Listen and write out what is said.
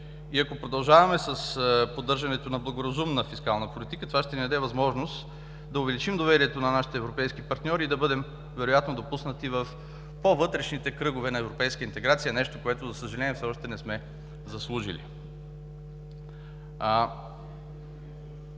и ако продължаваме с поддържането на благоразумна фискална политика, това ще ни даде възможност да увеличим доверието на нашите европейски партньори и вероятно да бъдем допуснати в по-вътрешните кръгове на европейска интеграция, нещо, което, за съжаление, все още не сме заслужили.